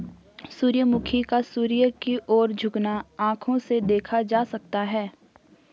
सूर्यमुखी का सूर्य की ओर झुकना आंखों से देखा जा सकता है